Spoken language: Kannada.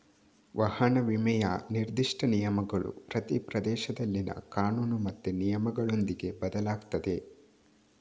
ವಾಹನ ವಿಮೆಯ ನಿರ್ದಿಷ್ಟ ನಿಯಮಗಳು ಪ್ರತಿ ಪ್ರದೇಶದಲ್ಲಿನ ಕಾನೂನು ಮತ್ತೆ ನಿಯಮಗಳೊಂದಿಗೆ ಬದಲಾಗ್ತದೆ